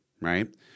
right